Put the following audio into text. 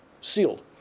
sealed